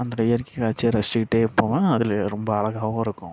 அந்த இயற்கை காட்சியை ரசிச்சிகிட்டு போவேன் அதில் ரொம்ப அழகாகவும் இருக்கும்